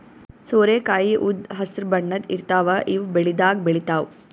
ಸೋರೆಕಾಯಿ ಉದ್ದ್ ಹಸ್ರ್ ಬಣ್ಣದ್ ಇರ್ತಾವ ಇವ್ ಬೆಳಿದಾಗ್ ಬೆಳಿತಾವ್